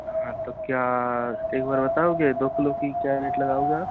हाँ तो क्या एक बार बताओगे दो किलो की क्या रेट लगाओगे आप